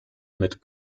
mit